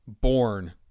born